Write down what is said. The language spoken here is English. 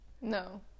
No